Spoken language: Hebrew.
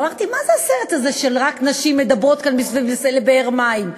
ואמרתי: מה זה הסרט הזה שרק נשים מדברות כאן מסביב לבאר מים?